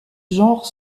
genre